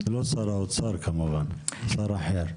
לא שר האוצר כמובן, שר אחר.